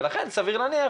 לכן סביר להניח